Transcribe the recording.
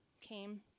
came